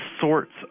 sorts